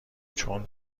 چون